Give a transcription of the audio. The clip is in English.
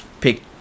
pick